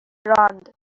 راند